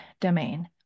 domain